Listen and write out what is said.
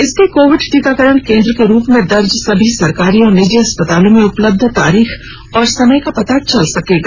इसके कोविड टीकाकरण केन्द्र के रूप में दर्ज सभी सरकारी और निजी अस्पतालों में उपलब्ध तारीख और समय का पता चल जाएगा